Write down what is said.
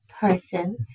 person